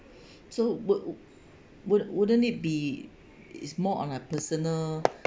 so would would wouldn't it be is more on a personal